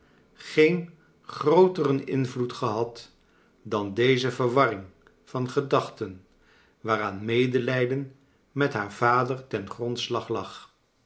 geen grooteren iavloed gehad dan deze verwarring van gedachten waaraan medelijden met haar vader ten grondslag lag